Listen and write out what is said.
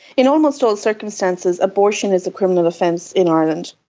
in almost all circumstances, abortion is a criminal offence in ireland.